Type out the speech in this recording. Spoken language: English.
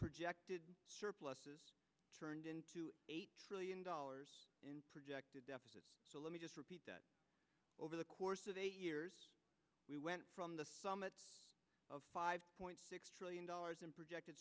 projected surpluses turned into eight trillion dollars in projected deficit so let me just repeat that over the course of eight years we went from the summit of five point six trillion dollars in projected